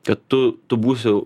kad tu tu būsi